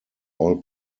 all